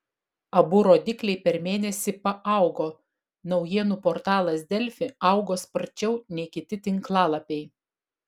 abu rodikliai per mėnesį paaugo naujienų portalas delfi augo sparčiau nei kiti tinklalapiai